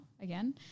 again